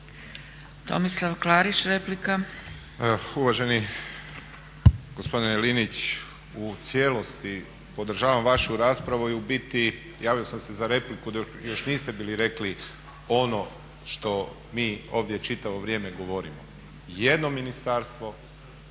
Tomislav Klarić replika.